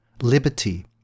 liberty